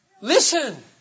Listen